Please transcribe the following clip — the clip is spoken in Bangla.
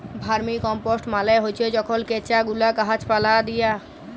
ভার্মিকম্পস্ট মালে হছে যখল কেঁচা গুলা গাহাচ পালায় দিয়া